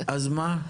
אז מה?